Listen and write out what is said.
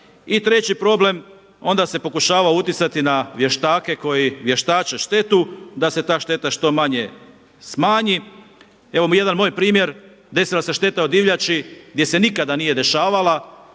treći problem onda se pokušava utjecati na vještače koji vještače štetu da se ta šteta što manje smanji. Evo jedan moj primjer, desila se šteta od divljači gdje se nikada nije dešavala